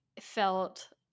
felt